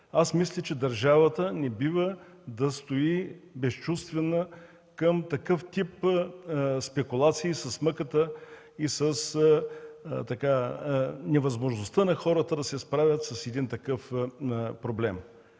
Аз мисля, че държавата не бива да стои безчувствена към такъв тип спекулации с мъката и с невъзможността на хората да се справят с един такъв проблем.